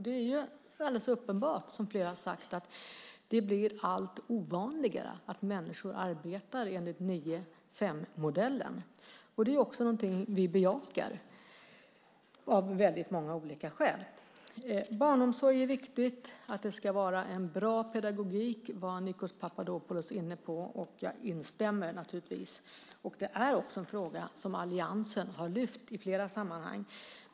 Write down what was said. Det är alldeles uppenbart, som flera har sagt, att det blir allt ovanligare att människor arbetar enligt 9-17-modellen. Det är också någonting vi bejakar av väldigt många olika skäl. Barnomsorg är viktigt, och det ska vara en bra pedagogik. Det var Nikos Papadopoulos inne på, och jag instämmer naturligtvis i det. Det är också en fråga som alliansen lyft fram i flera sammanhang.